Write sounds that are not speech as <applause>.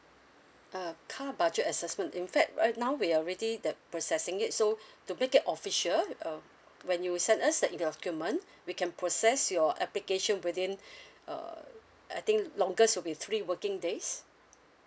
uh car budget assessment in fact right now we already the processing it so <breath> to make it official um when you send us that document <breath> we can process your application within <breath> err I think longest will be three working days